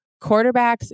quarterbacks